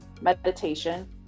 meditation